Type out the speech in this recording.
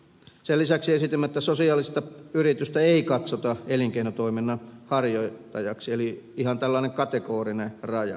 sen lisäksi esitimme että sosiaalista yritystä ei katsota elinkeinotoiminnan harjoittajaksi eli ihan tällainen kategorinen rajaus